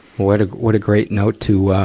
what a, what a great note to, ah,